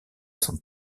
son